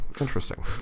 interesting